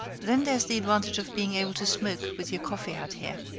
then there's the advantage of being able to smoke with your coffee out here.